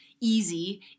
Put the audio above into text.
easy